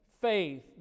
Faith